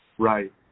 Right